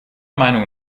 meinung